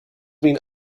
been